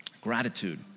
Gratitude